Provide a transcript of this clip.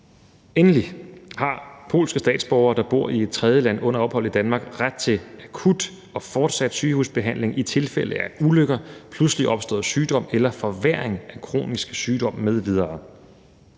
Endelig har polske statsborgere, der bor i et tredjeland, under ophold i Danmark ret til akut og fortsat sygehusbehandling i tilfælde af ulykker, pludselig opstået sygdom eller forværring af kronisk sygdom m.v.